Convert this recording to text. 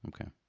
okay